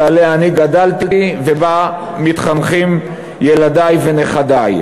שעליה אני גדלתי ובה מתחנכים ילדי ונכדי.